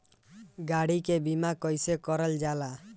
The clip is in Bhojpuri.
गाड़ी के बीमा कईसे करल जाला?